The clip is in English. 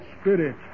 spirit